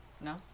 no